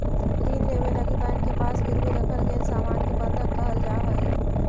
ऋण लेवे लगी बैंक के पास गिरवी रखल गेल सामान के बंधक कहल जाऽ हई